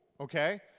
okay